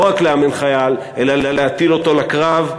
לא רק לאמן חייל אלא להטיל אותו לקרב,